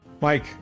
Mike